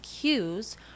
cues